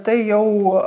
tai jau